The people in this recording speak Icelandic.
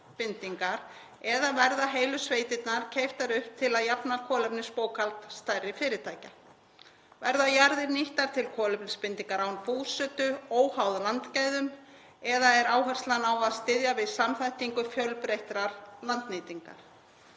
eða verða heilu sveitirnar keyptar upp til að jafna kolefnisbókhald stærri fyrirtækja? Verða jarðir nýttar til kolefnisbindingar án búsetu, óháð landgæðum, eða er áherslan á að styðja við samþættingu fjölbreyttrar landnýtingar?